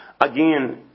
Again